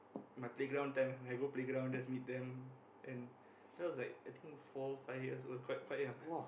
my playground time ah when I go playground just meet them and that was like I think four five years old quite quite young